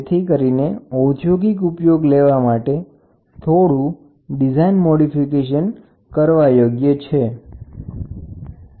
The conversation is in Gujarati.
જેથી કરીને ઉદ્યોગિક ઉપયોગ લેવા માટે થોડી ડિઝાઇનમાં ફેરફાર કરવા યોગ્ય છે